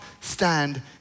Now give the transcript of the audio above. stand